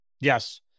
Yes